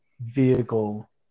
vehicle